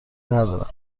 ندارم